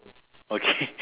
okay